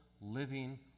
living